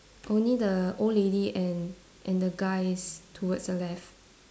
only the old lady and and the guys towards the left